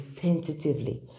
sensitively